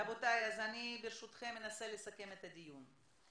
רבותיי, ברשותכם, אנסה לסכם את הדיון.